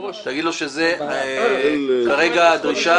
תגיד לו שזו כרגע הדרישה.